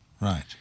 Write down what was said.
Right